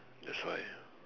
that's why